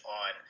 on